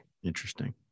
Interesting